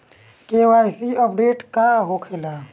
KYC updation का होखेला?